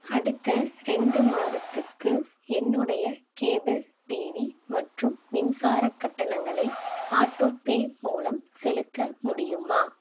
அடுத்த ரெண்டு மாதத்துக்கு என்னுடைய கேபிள் டிவி மற்றும் மின்சார கட்டணங்களை ஆட்டோபே மூலம் செலுத்த முடியுமா